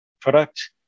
product